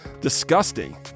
Disgusting